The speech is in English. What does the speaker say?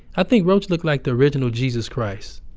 i think rauch look like the original jesus christ,